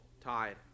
tied